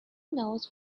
knows